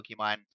Pokemon